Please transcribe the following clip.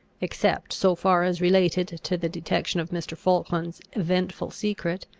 except so far as related to the detection of mr. falkland's eventful secret,